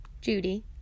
Judy